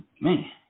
Man